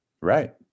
right